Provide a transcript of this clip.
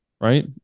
right